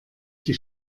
die